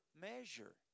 measure